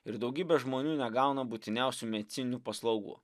ir daugybė žmonių negauna būtiniausių medicininių paslaugų